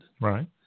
right